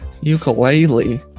Ukulele